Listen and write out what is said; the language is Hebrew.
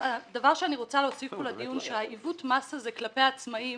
דבר שאני רוצה להוסיף לדיון הוא שעיוות המס הזה כלפי עצמאים